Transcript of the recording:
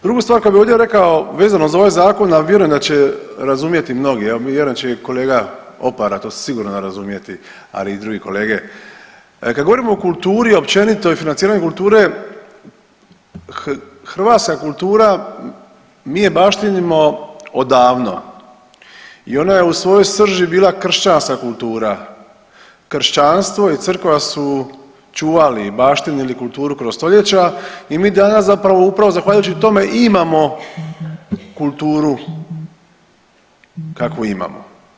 Druga stvar kada bi ovdje rekao vezano uz ovaj zakon, a vjerujem da će razumjeti mnogi, evo vjerujem da će i kolega Opara to sam siguran razumjeti, ali i druge kolege, kad govorimo o kulturi i općenito i financiranju kulture hrvatska kultura mi je baštinimo odavno i ona je u svojoj srži bila kršćanska kultura, kršćanstvo i Crkva su čuvali i baštinili kulturu kroz stoljeća i mi danas upravo zahvaljujući tome imamo kulturu kakvu imamo.